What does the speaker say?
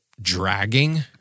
dragging